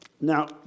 Now